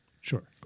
Sure